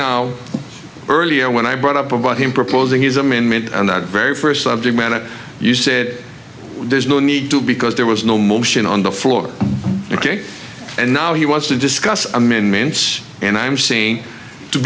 now earlier when i brought up about him proposing his amendment on that very first subject when it you said there's no need to because there was no motion on the floor ok and now he wants to discuss amendments and i'm seeing to